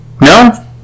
No